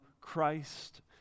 Christ